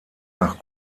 nach